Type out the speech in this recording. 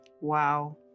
Wow